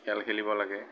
খেল খেলিব লাগে